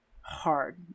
hard